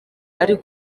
ari